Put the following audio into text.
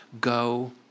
go